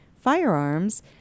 firearms